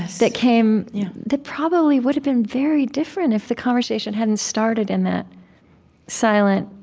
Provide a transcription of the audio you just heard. that came that probably would've been very different if the conversation hadn't started in that silent,